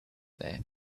there